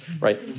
right